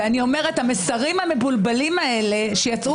המסרים המבולבלים האלה,